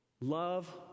love